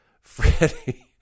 Freddie